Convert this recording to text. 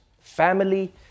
family